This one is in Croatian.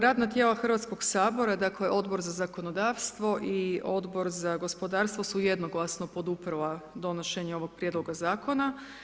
Radna tijela Hrvatskog sabora, dakle, Odbor za zakonodavstvo i Odbor za gospodarstvo su jednoglasno poduprla donošenje ovog prijedloga Zakona.